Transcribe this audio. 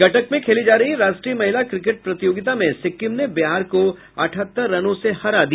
कटक में खेली जा रही राष्ट्रीय महिला क्रिकेट प्रतियोगिता में सिक्किम ने बिहार को अठहत्तर रनों से हरा दिया